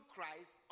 Christ